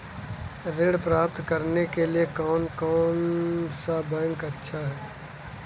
ऋण प्राप्त करने के लिए कौन सा बैंक अच्छा है?